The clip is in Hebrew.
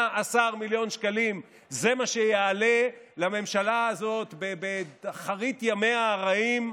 זה מה שיעלה לממשלה הזאת, באחרית ימיה הרעים,